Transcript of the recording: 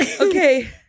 Okay